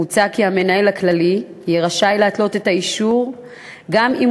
מוצע כי המנהל הכללי יהיה רשאי להתלות את האישור גם אם